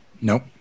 Nope